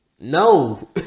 No